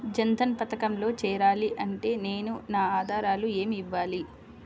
జన్ధన్ పథకంలో చేరాలి అంటే నేను నా ఆధారాలు ఏమి ఇవ్వాలి?